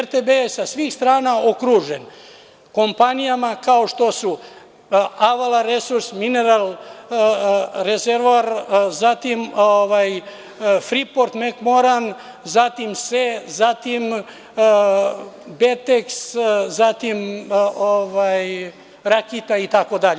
RTB je sa svih strana okružen kompanijama kao što su „Avala resurs“, „Mineral rezervoar“, zatim „Friport Mekmoran“, zatim „Beteks“, zatim „Rakita“ itd.